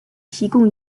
提供